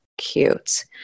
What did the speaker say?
Cute